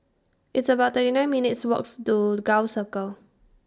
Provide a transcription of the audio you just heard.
It's about thirty nine minutes' Walks to Gul Circle